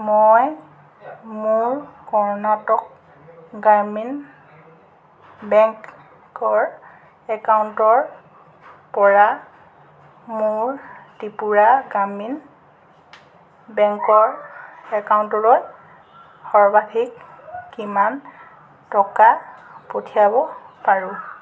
মই মোৰ কৰ্ণাটক গ্ৰামীণ বেংকৰ একাউণ্টৰ পৰা মোৰ ত্ৰিপুৰা গ্ৰামীণ বেংকৰ একাউণ্টলৈ সৰ্বাধিক কিমান টকা পঠিয়াব পাৰো